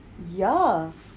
ya